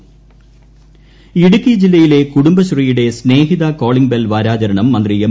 സ്നേഹിത calling bell Idukki ജില്ലയിലെ കുടുംബശ്രീയുടെ Snehitha calling bell വാരാ ചരണം മന്ത്രി എം